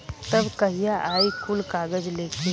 तब कहिया आई कुल कागज़ लेके?